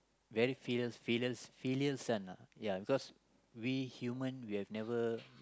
very furious furious furious son ah ya cause we human we have never